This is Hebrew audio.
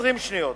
20 שניות,